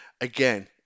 Again